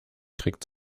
kriegt